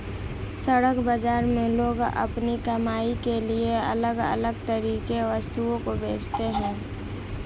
सड़क बाजार में लोग अपनी कमाई के लिए अलग अलग तरह की वस्तुओं को बेचते है